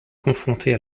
confrontés